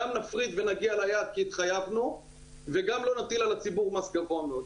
גם נפריד ונגיע ליעד כי התחייבנו וגם לא נטיל על הציבור מס גבוה מאוד.